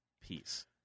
Peace